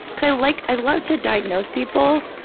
because i like, i love to diagnose people,